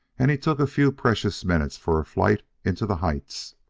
and he took a few precious minutes for a flight into the heights.